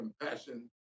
compassion